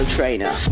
Trainer